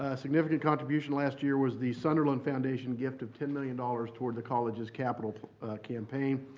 significant contribution last year was the sunderland foundation gift of ten million dollars toward the college's capital campaign,